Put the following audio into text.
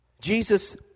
Jesus